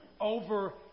over